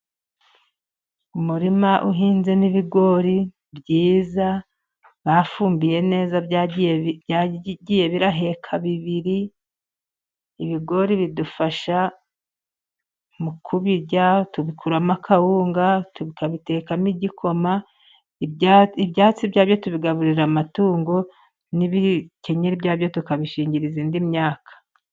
Umurima uhinzemo ibigori byiza bafumbiye neza byagiye biraheka bibiri. Ibigori bidufasha mu kubirya tubikuramo akawunga, tukabitekamo igikoma, ibyatsi byabyo tubigaburira amatungo, n'ibikenyeri byabyo tukabishingiriza indi myaka.